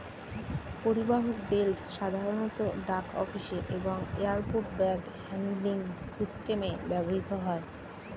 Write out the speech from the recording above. পরিবাহক বেল্ট সাধারণত ডাক অফিসে এবং এয়ারপোর্ট ব্যাগ হ্যান্ডলিং সিস্টেমে ব্যবহৃত হয়